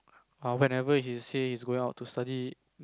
err whenever he says he's going out to study